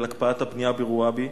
על הקפאת הבנייה ברוואבי.